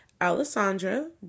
Alessandra